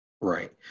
Right